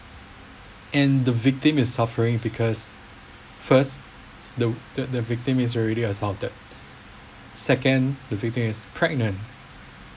and the victim is suffering because first the the victim is already assaulted second the victim is pregnant